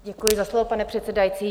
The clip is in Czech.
Děkuji za slovo, pane předsedající.